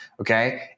Okay